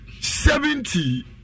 seventy